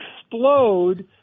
explode